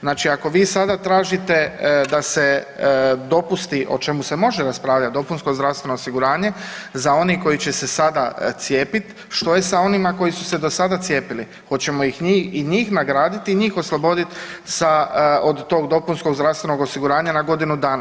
Znači ako vi sada tražite da se dopusti, o čemu se može raspravljat, dopunsko zdravstveno osiguranje za one koji će se sada cijepit, što je sa onima koji su se do sada cijepili, hoćemo i njih nagraditi i njih oslobodit od tog dopunskog zdravstvenog osiguranja na godinu dana?